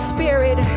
Spirit